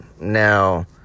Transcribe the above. Now